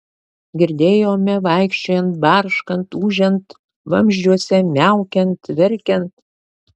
girdėjome vaikščiojant barškant ūžiant vamzdžiuose miaukiant verkiant